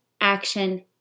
action